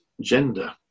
gender